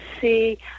see